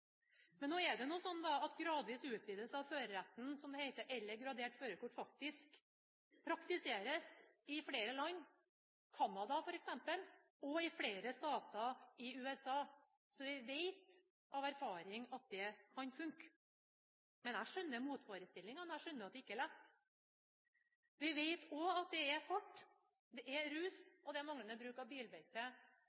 Nå er det slik at gradvis utvidelse av føreretten, som det heter, eller gradert førerkort, faktisk praktiseres i flere land: i Canada f.eks. og i flere stater i USA. Så vi vet av erfaring at det kan fungere. Men jeg skjønner motforestillingene, og jeg skjønner at det ikke er lett. Vi vet også at det er